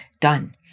done